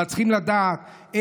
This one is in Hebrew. אז על מנת להביא את זה